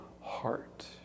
heart